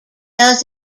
does